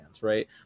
right